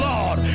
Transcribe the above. Lord